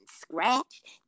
scratched